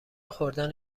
خوردن